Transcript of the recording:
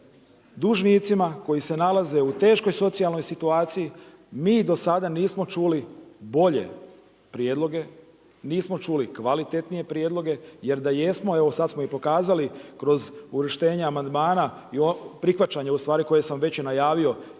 dužnicima koji se nalaze u teškoj socijalnoj situaciji, mi do sada nismo čuli bolje prijedloge, nismo čuli kvalitetnije prijedloge. Jer da jesmo, evo sad smo i pokazali kroz uvrštenje amandmana i prihvaćanje ustvari koje sam već najavio